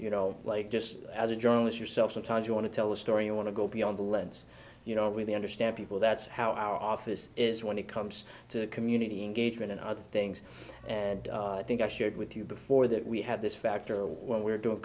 you know like just as a journalist yourself sometimes you want to tell a story you want to go beyond the lens you know really understand people that's how our office is when it comes to community engagement and other things and i think i shared with you before that we had this factor when we were